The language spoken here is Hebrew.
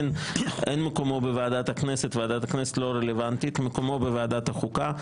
אין מקומו בוועדת הכנסת, מקומו בוועדת החוקה.